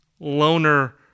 loner